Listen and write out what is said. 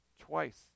twice